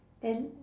and